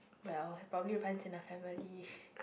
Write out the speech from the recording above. well it probably runs in the family